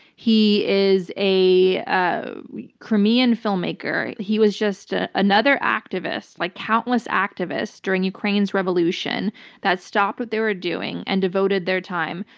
he is a ah crimean filmmaker. he was just ah another activist, like countless activists, during ukraine's revolution that stopped what they were doing and devoted their time.